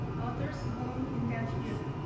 others born in that year.